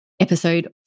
episode